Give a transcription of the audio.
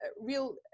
real